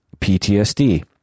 PTSD